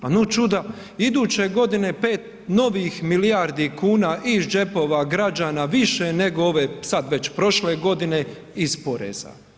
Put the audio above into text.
Pa gle čuda, iduće godine 5 novih milijardi kuna iz džepova građana više nego ove sad već prošle godine iz poreza.